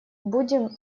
будем